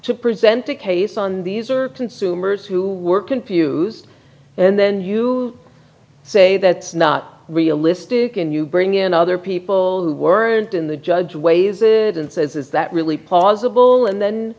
to present a case on these are consumers who were confused and then you say that's not realistic and you bring in other people who weren't in the judge waves and says is that really possible and then